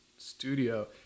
studio